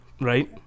right